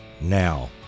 now